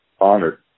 Honored